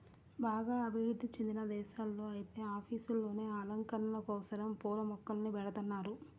బాగా అభివృధ్ధి చెందిన దేశాల్లో ఐతే ఆఫీసుల్లోనే అలంకరణల కోసరం పూల మొక్కల్ని బెడతన్నారు